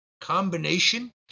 combination